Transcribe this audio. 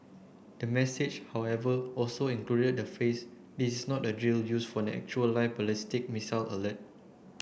the message however also the phrase is not a drill use for an actual live ballistic missile